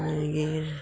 मागीर